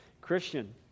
Christian